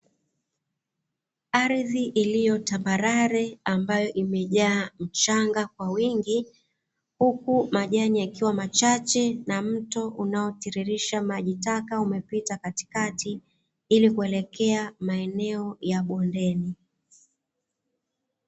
Ardhi iliyotambarare ambayo imejaa mchanga wingi, huku majani yakiwa machache na mto unaotirirsha maji taka umepita katikati ili kuelekea maeneo ya bondeni.